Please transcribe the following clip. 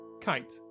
Kite